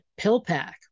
PillPack